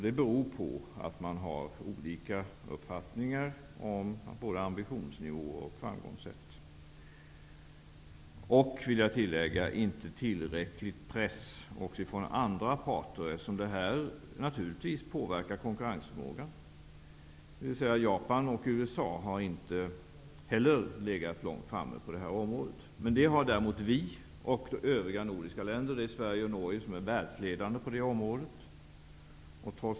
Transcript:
Det beror på att man har olika uppfattningar om både ambitionsnivå och framgångssätt och, vill jag tillägga, på icke-tillräcklig press från andra parter, eftersom detta naturligtvis påverkar konkurrensförmågan. Japan och USA har inte legat långt framme på detta område. Det har däremot vi och de övriga nordiska länderna. Sverige och Norge är världsledande på detta område.